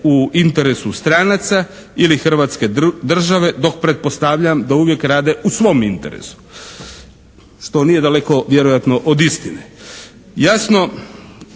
u interesu stranaca ili Hrvatske države, dok pretpostavljam da uvijek rade u svom interesu što nije daleko vjerojatno od istine. Jasno,